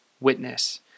Witness